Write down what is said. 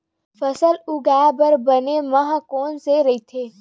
फसल उगाये बर बने माह कोन से राइथे?